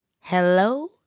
Hello